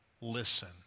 listen